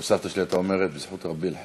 כמו שסבתא שלי הייתה אומרת: בזכות רבי אלחנן.